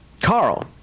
carl